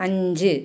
അഞ്ച്